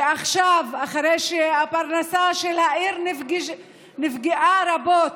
ועכשיו, אחרי שהפרנסה של העיר נפגעה רבות,